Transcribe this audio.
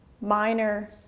minor